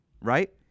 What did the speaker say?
Right